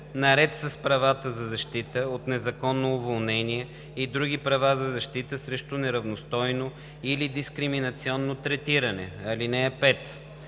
наред с правата за защита от незаконно уволнение и други права за защита срещу неравностойно или дискриминационно третиране. (5)